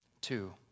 Two